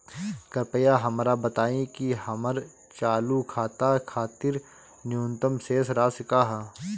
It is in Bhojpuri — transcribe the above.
कृपया हमरा बताइं कि हमर चालू खाता खातिर न्यूनतम शेष राशि का ह